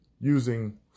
using